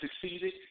succeeded